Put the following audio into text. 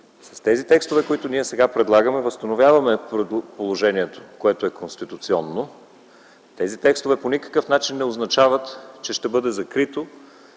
С тези текстове, които ние сега предлагаме, възстановяваме положението, което е конституционно. Тези текстове по никакъв начин не означават, че ще бъде закрито